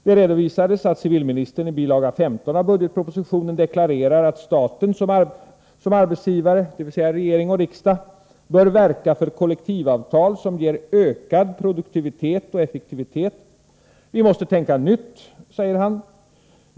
Det redovisades att: civilministernå bil:15,i budgetpropositionen deklarerar att staten som arbetsgivare, dvs. regering och riksdag, bör verka för kollektivavtal som ger ökad: produktivitet och effektivitet., Vi måste tänka nytt, säger han.